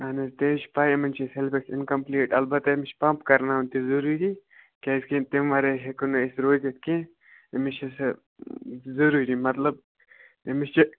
اَہَن حظ تہِ حظ چھِ پےِ یِمَن چھُ سیٚلبَس اِنکَمپُلیٖٹ البتہ أمِس چھِ پَمپ کَرناوُن تہِ ضروٗری کیٛازِکہِ تمہِ وَرٲے ہیٚکو نہٕ أسۍ روٗزِتھ کیٚنٛہہ أمِس چھِ سُہ ضروٗری مطلب أمِس چھِ